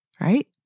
right